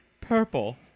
purple